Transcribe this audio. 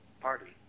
party